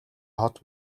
хот